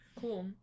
Cool